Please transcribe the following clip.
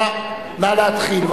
נא להתחיל.